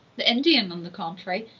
the indian, on the contrary,